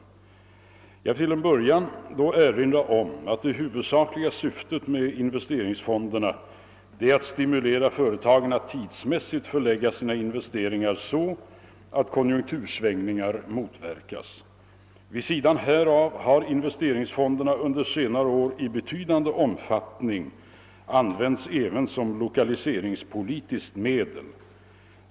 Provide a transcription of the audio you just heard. Jag vill till en början erinra om att det huvudsakliga syftet med investeringsfonder är att stimulera företagen att tidsmässigt förlägga sina investeringar så att konjunktursvängningar motverkas. Vid sidan härav har investeringsfonderna under senare år i betydande omfattning använts även som 1okaliseringspolitiskt medel.